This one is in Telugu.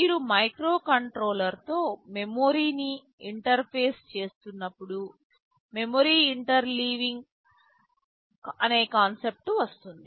మీరు మైక్రోకంట్రోలర్తో మెమరీని ఇంటర్ఫేస్ చేస్తున్నప్పుడు మెమరీ ఇంటర్లీవింగ్ అనే కాన్సెప్ట్ వస్తుంది